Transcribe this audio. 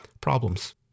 problems